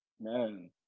man